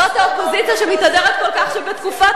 זאת האופוזיציה שמתהדרת כל כך שבתקופת